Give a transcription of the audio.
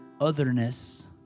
otherness